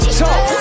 top